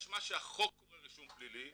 יש מה שהחוק קורא רישום פלילי,